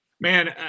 Man